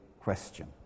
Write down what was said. question